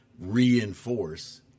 reinforce